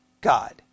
God